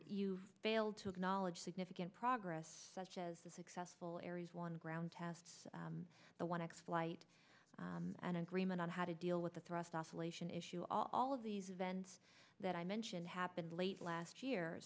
you failed to acknowledge significant progress such as the successful aries one ground tests the next flight an agreement on how to deal with the thrust oscillation issue all of these events that i mentioned happened late last year